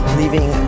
leaving